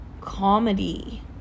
comedy